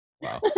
Wow